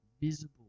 visible